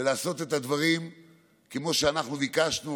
ולעשות את הדברים כמו שאנחנו ביקשנו,